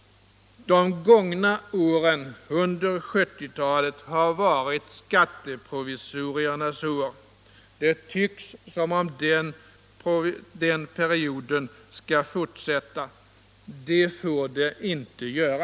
De gångna åren under 1970-talet har varit skatteprovisoriernas år. Det tycks som om den perioden skall fortsätta. Det får den inte göra.